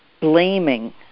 blaming